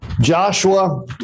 Joshua